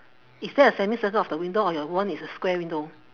is there a semicircle of the window or your one is a square window